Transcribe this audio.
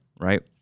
right